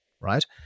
Right